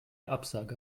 absage